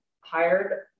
hired